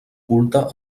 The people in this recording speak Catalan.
culte